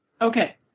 Okay